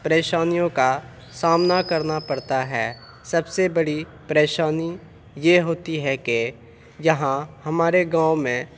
پریشانیوں کا سامنا کرنا پڑتا ہے سب سے بڑی پریشانی یہ ہوتی ہے کہ یہاں ہمارے گاؤں میں